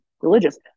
religious